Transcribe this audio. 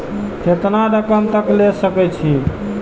केतना रकम तक ले सके छै?